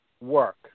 work